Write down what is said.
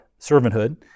servanthood